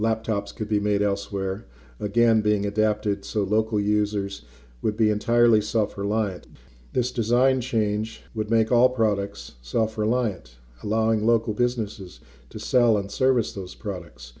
laptops could be made elsewhere again being adapted so local users would be entirely suffer live this design change would make all products suffer alliance allowing local businesses to sell and service those products